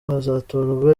hazatorwa